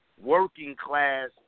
working-class